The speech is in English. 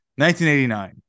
1989